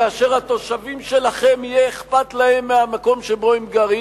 כאשר לתושבים שלכם יהיה אכפת מהמקום שבו הם גרים,